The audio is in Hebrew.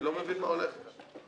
אני לא מבין מה הולך כאן.